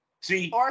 See